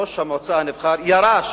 ראש המועצה הנבחר ירש